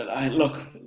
Look